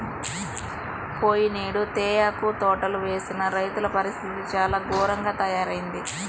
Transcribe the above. పోయినేడు తేయాకు తోటలు వేసిన రైతుల పరిస్థితి చాలా ఘోరంగా తయ్యారయింది